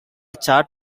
chat